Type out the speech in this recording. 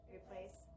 Replace